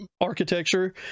architecture